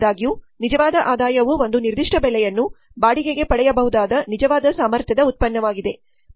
ಆದಾಗ್ಯೂ ನಿಜವಾದ ಆದಾಯವು ಒಂದು ನಿರ್ದಿಷ್ಟ ಬೆಲೆಯನ್ನು ಬಾಡಿಗೆಗೆ ಪಡೆಯಬಹುದಾದ ನಿಜವಾದ ಸಾಮರ್ಥ್ಯದ ಉತ್ಪನ್ನವಾಗಿದೆ